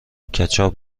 کچاپ